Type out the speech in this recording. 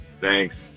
Thanks